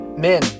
Men